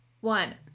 One